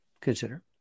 consider